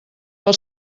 pel